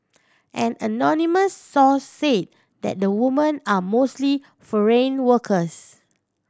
an anonymous source say that the woman are mostly foreign workers